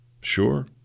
Sure